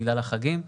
בגלל החגים,